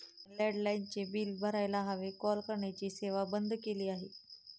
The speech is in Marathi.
लँडलाइनचे बिल भरायला हवे, कॉल करण्याची सेवा बंद केली आहे